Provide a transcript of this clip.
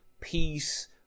peace